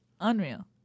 Unreal